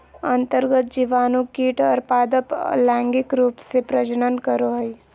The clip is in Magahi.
अन्तर्गत जीवाणु कीट और पादप अलैंगिक रूप से प्रजनन करो हइ